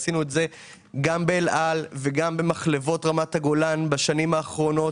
עשינו את זה גם באל על וגם במחלבות רמת הגולן בשנים האחרונות.